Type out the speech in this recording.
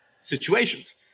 situations